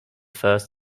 first